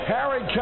Harry